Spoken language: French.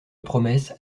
promesse